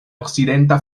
okcidenta